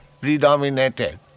predominated